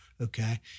okay